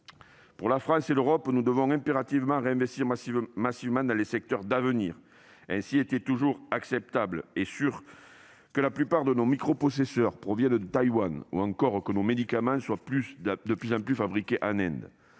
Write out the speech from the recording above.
que la France et l'Europe réinvestissent massivement dans les secteurs d'avenir. Est-il toujours acceptable et sûr que la plupart de nos microprocesseurs proviennent de Taïwan ou encore que nos médicaments soient de plus en plus fabriqués en Inde